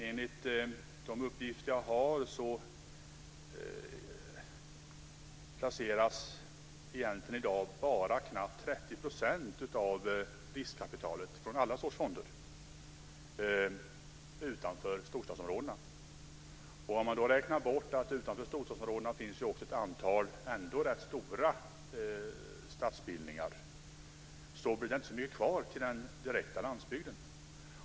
Enligt de uppgifter jag har placeras i dag bara knappt 30 % av riskkapitalet från alla sorters fonder utanför storstadsområdena. Om man då räknar bort att det utanför storstadsområden också finns ett antal stadsbildningar som är rätt stora så blir det inte så mycket kvar till den direkta landsbygden.